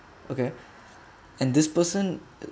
okay and this person